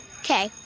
Okay